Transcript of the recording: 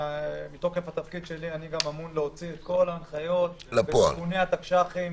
מתוקף התפקיד שלי אני גם אמון להוציא את כל ההנחיות ועדכוני התק"שחים